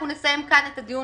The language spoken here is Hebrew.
אנחנו נסיים כאן את הדיון